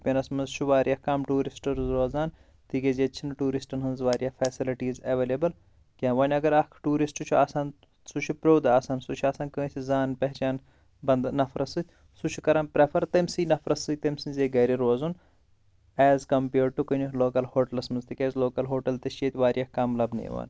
شُپینَس منٛز چھ واریاہ کَم ٹوٗرِسٹ روزان تِکیاز ییٚتہِ چھِنہٕ ٹوٗرِسٹَن ہٕنٛز واریاہ فیسَلٹیٖز ایویلیبٕل کیٚنٛہہ وۄنۍ اگر اکھ ٹوٗرِسٹ چھُ آسان سُہ چھُ پرٛوٚد آسان سُہ چھُ آسان کٲنٛسہِ زان پٮ۪ہچان بنٛدٕ نفرَس سۭتۍ سُہ چھُ کَران پرٛیفر تمسے نفرَس سۭتۍ تمسٕنٛدے گَرِ روزُن ایز کَمپیر ٹُہ کُنہِ لوکَل ہوٹلَس منٛز تِکیاز لوکَل ہوٹَل تہِ چھ ییٚتہِ واریاہ کَم لَبنہٕ یِوان